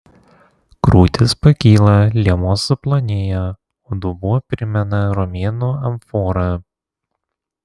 krūtys pakyla liemuo suplonėja o dubuo primena romėnų amforą